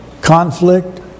conflict